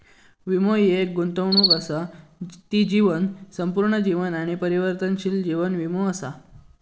वीमो हि एक गुंतवणूक असा ती जीवन, संपूर्ण जीवन आणि परिवर्तनशील जीवन वीमो असा